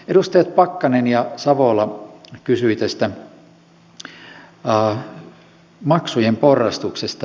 edustajat pakkanen ja savola kysyivät tästä maksujen porrastuksesta